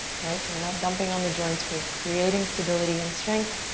right? so, we're not dumping on the joints, we're creating stability and strength.